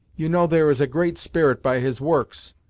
you know there is a great spirit by his works,